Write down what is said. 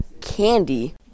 candy